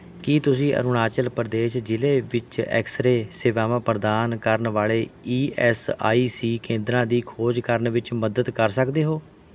ਕੀ ਤੁਸੀਂ ਅਰੁਣਾਚਲ ਪ੍ਰਦੇਸ਼ ਜ਼ਿਲ੍ਹੇ ਵਿੱਚ ਐਕਸ ਰੇ ਸੇਵਾਵਾਂ ਪ੍ਰਦਾਨ ਕਰਨ ਵਾਲੇ ਈ ਐਸ ਆਈ ਸੀ ਕੇਂਦਰਾਂ ਦੀ ਖੋਜ ਕਰਨ ਵਿੱਚ ਮਦਦ ਕਰ ਸਕਦੇ ਹੋ